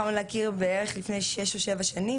סביב אלימות טכנולוגית.